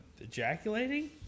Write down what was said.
Ejaculating